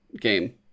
Game